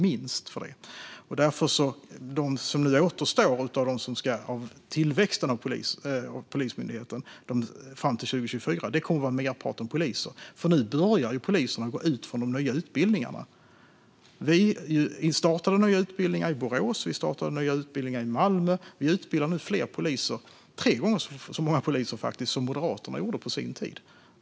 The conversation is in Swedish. Av dem som återstår av tillväxten av Polismyndigheten fram till 2024 kommer merparten att vara poliser eftersom poliserna nu börjar gå ut från de nya utbildningarna. Vi har startat nya utbildningar i Borås och Malmö. Vi utbildar nu tre gånger så många poliser som Moderaterna gjorde på sin tid.